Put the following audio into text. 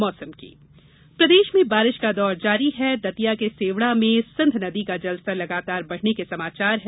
मौसम प्रदेश में बारिश का दौर जारी है दतिया के सेवढ़ा में सिंध नदी का जलस्तर लगातार बढ़ने के समाचार हैं